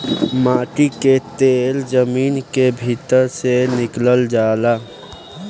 माटी के तेल जमीन के भीतर से निकलल जाला